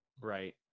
right